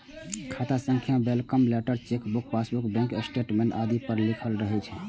खाता संख्या welcome letter, chequebook, passbook, bank statement आदि पर लिखल रहै छै